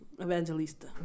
Evangelista